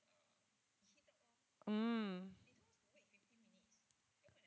mm